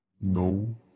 No